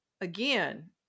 Again